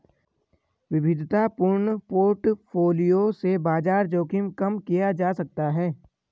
विविधतापूर्ण पोर्टफोलियो से बाजार जोखिम कम किया जा सकता है